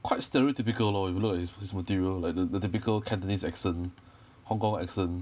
quite stereotypical lor if you look at his his material like the the typical cantonese accent hong kong accent